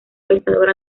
pensador